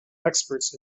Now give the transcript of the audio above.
experts